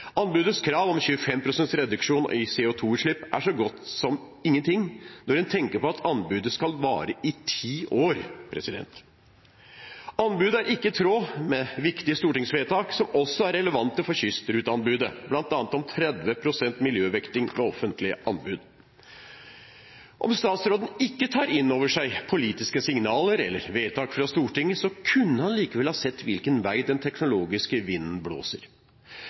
Anbudets krav om 25 pst. reduksjon av CO 2 -utslipp er så godt som ingen ting, når en tenker på at anbudet skal vare i ti år. Anbudet er ikke i tråd med viktige stortingsvedtak som også er relevante for kystruteanbudet, bl.a. om 30 pst. miljøvekting ved offentlige anbud. Om statsråden ikke tar inn over seg politiske signaler eller vedtak fra Stortinget, kunne han likevel ha sett hvilken vei den teknologiske vinden blåser.